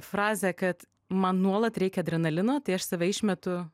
frazę kad man nuolat reikia adrenalino tai aš save išmetu